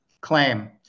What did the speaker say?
claim